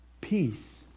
peace